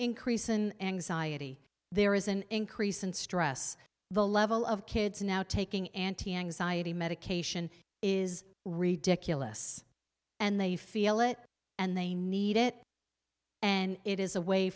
increase in anxiety there is an increase in stress the level of kids now taking antianxiety medication is ridiculous and they feel it and they need it and it is a way